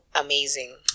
amazing